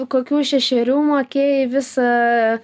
kokių šešerių mokėjai visą